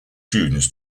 students